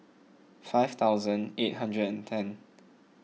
five thousand eight hundred and ten